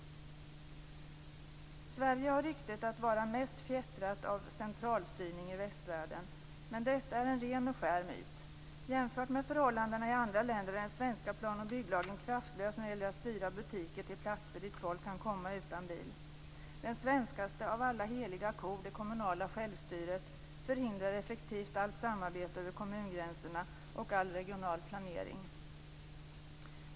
Sverige har ett rykte om sig att vara mest fjättrat av centralstyrning i västvärlden. Men detta är en ren och skär myt. Jämfört med förhållandena i andra länder är den svenska plan och bygglagen kraftlös när det gäller att styra butiker till platser dit folk kan komma utan bil. Den svenskaste av alla heliga kor - det kommunala självstyret - förhindrar effektivt allt samarbete över kommungränserna och all regional planering.